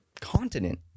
continent